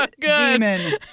demon